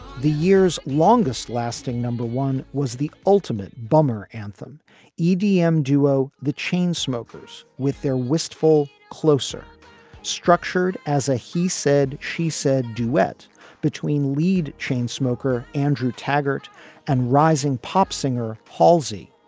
the year's longest lasting number one was the ultimate bummer anthem idm duo the chain smokers with their wistful kloser structured as a he said she said duet between lead chain smoker andrew taggert and rising pop singer palsy.